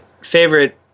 favorite